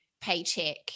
paycheck